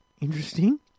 Interesting